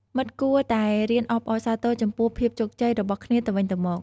មិត្តគួរតែរៀនអបអរសាទរចំពោះភាពជោគជ័យរបស់គ្នាទៅវិញទៅមក។